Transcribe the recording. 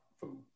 food